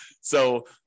So-